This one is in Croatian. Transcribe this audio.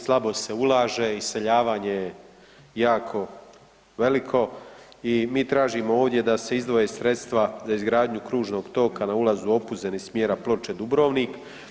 Slabo se ulaže, iseljavanje je jako veliko i mi tražimo ovdje da se izdvoje sredstva za izgradnju kružnog toka na ulazu u Opuzen iz smjera Ploče-Dubrovnik.